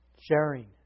Sharing